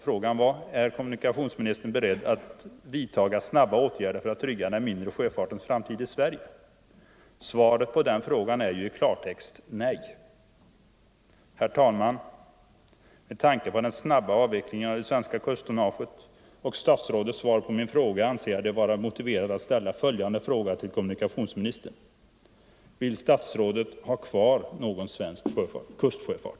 Frågan var: ”Är kommunikationsministern beredd att vidta snabba åtgärder för att trygga den mindre sjöfartens framtid i Sverige?” Svaret är i klartext: Nej. Herr talman! Med tanke på den snabba avvecklingen av det svenska kusttonnaget och kommunikationsministerns svar på min fråga anser jag det vara motiverat att nu ställa följande fråga till honom: Vill statsrådet ha kvar någon svensk kustsjöfart?